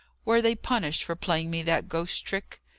were they punished for playing me that ghost trick?